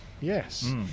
Yes